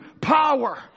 power